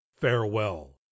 farewell